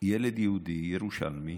ילד יהודי ירושלמי